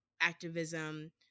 activism